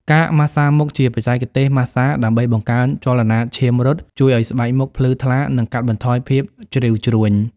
ការម៉ាស្សាមុខ ជាបច្ចេកទេសម៉ាស្សា ដើម្បីបង្កើនចលនាឈាមរត់ ជួយឱ្យស្បែកមុខភ្លឺថ្លា និងកាត់បន្ថយភាពជ្រីវជ្រួញ។